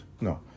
No